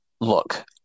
look